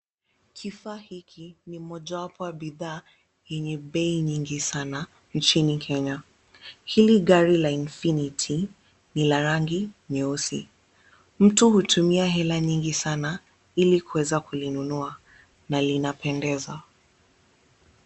Kifaa hiki ni mojawapo ya bidhaa yenye bei nyingi sana nchini Kenya. Hili gari la infinity ni la rangi nyeusi. Mtu hutumia hela nyingi sana ili kuweza kulinunua na linapendeza.